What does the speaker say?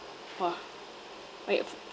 !wah! five years